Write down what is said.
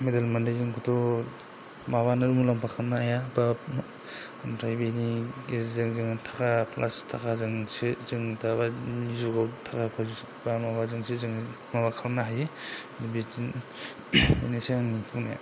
medal मोननायजोंखौथ' माबानो मुलाम्फा खालामनो हाया ओमफ्राय बेनि गेजेरजों जों थाखा थाखाजोंसो दाबायदिनि जुगाव थाखाफोर एबा माबाजोंसो जों माबा खालामनो हायो बिदिनो बेनोसै आंनि बुंनाया